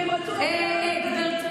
כי הן רצו,